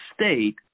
state